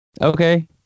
Okay